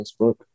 Facebook